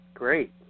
Great